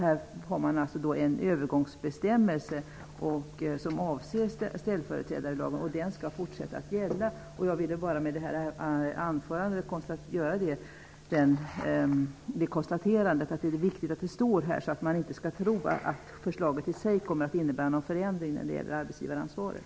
Genom en övergångsbestämmelse avses ställföreträdarlagen fortfarande gälla för försäkringskasseområdet.'' Jag vill med detta anförande göra konstaterandet att det är viktigt att detta står i betänkandet, så att man inte skall tro att förslaget i sig kommer att innebära någon förändring när det gäller arbetsgivaransvaret.